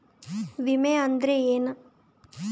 ವಿಮೆ ಅಂದ್ರೆ ಏನ?